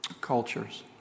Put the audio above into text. cultures